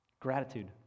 Gratitude